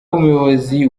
umuyobozi